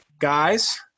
guys